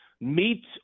meet